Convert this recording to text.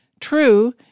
True